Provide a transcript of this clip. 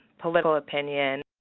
political opinion,